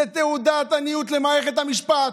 זו תעודת עניות למערכת המשפט,